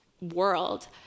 world